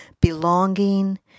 belonging